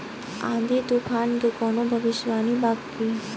आँधी तूफान के कवनों भविष्य वानी बा की?